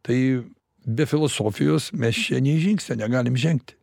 tai be filosofijos mes čia nei žingsnio negalim žengti